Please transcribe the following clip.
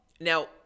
Now—